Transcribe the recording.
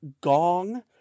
Gong